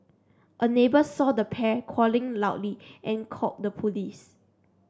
a neighbour saw the pair quarrelling loudly and called the police